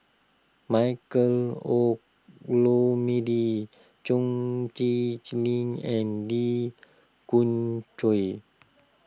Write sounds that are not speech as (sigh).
Michael Olcomendy Chong Tze (unintelligible) and Lee Khoon Choy